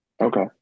Okay